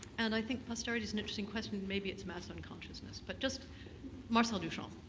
and i think posterity is an interesting question, maybe it's mass unconsciousness. but just marcel duchamp.